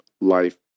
life